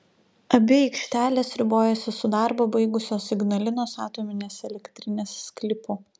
abi aikštelės ribojasi su darbą baigusios ignalinos atominės elektrinės sklypu